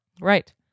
Right